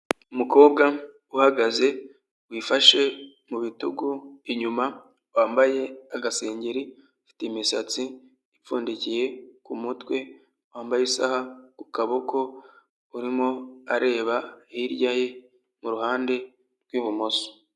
Umukobwa uhagaze wifashe mu bitugu inyuma wambaye agasengeri, afite imisatsi ipfundikiye ku mutwe, wambaye isaha ku kaboko, urimo areba hirya ye ku ruhande rw'ibumoso.